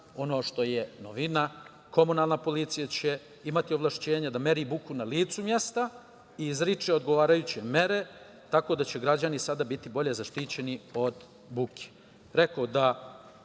ono što je novina, komunalna policija će imati ovlašćenje da meri buku na licu mesta i izriče odgovarajuće mere, tako da će građani sada biti bolje zaštićeni od buke. Rekoh da